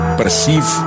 perceive